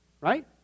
right